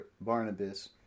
Barnabas